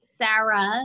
Sarah